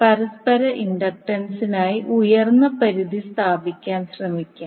പരസ്പര ഇൻഡക്റ്റൻസിനായി ഉയർന്ന പരിധി സ്ഥാപിക്കാൻ ശ്രമിക്കാം